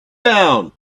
down